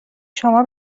شما